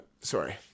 Sorry